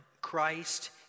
Christ